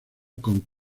con